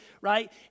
right